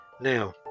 now